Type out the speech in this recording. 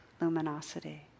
luminosity